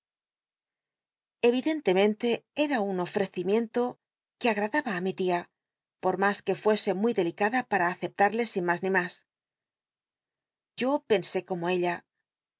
evidentemente era un ofrecimienlo ú mi tia oj mas que fuese muy delicada pararle sin mas ni mas yo pensé como ella